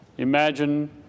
Imagine